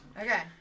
Okay